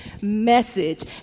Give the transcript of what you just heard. message